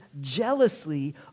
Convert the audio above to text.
jealously